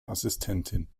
assistentin